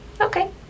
Okay